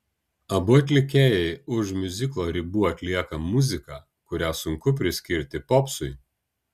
abu atlikėjai už miuziklo ribų atlieka muziką kurią sunku priskirti popsui